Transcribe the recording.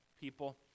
people